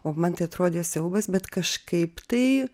o man tai atrodė siaubas bet kažkaip tai